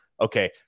okay